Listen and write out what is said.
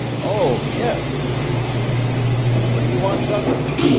oh, yes, he said what do you want done with it?